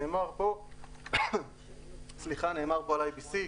נאמר כאן על IBC,